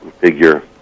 figure